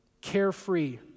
Carefree